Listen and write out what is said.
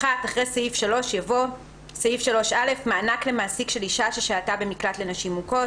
(1) אחרי סעיף 3 יבוא: "מענק למעסיק של אישה ששהתה במקלט לנשים מוכות